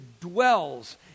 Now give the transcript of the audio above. dwells